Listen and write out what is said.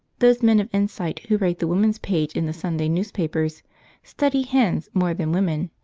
those men of insight who write the woman's page in the sunday newspapers study hens more than women,